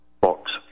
Box